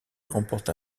remporte